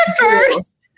first